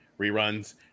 reruns